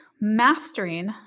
mastering